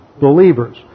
believers